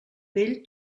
vell